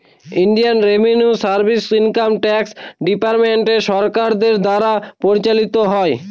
Indian revenue service income tax department সরকারের দ্বারা পরিচালিত হয়